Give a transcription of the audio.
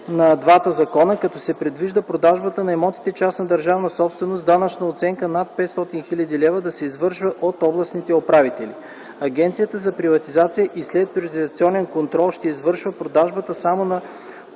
на двата закона, като се предвижда продажбата на имотите – частна държавна собственост, с данъчна оценка под 500 хил. лв. да се извършва от областните управители. Агенцията за приватизация и следприватизационен контрол ще извършва продажбата само на